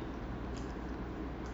maybe later I text my